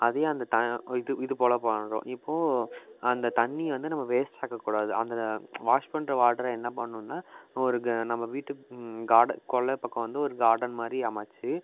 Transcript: அதே அந்த த இது இதுப்போல பண்ணுறோம் இப்போது அந்த தண்ணியை வந்து நம்ம வேஸ்ட் ஆக்கக்கூடாது அந்த வாஷ் பண்ணுற வாட்டரை என்ன பண்ணுன்னால் இப்போ ஒரு க நம்ம வீட்டு காட கொல்லைப்பக்கம் வந்து ஒரு கார்டன் மாதிரி அமைச்சு